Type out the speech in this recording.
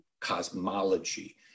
cosmology